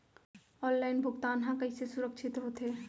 Online भुगतान हा कइसे सुरक्षित होथे?